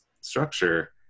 structure